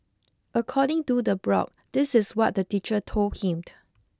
according to the blog this is what the teacher told him